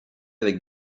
avec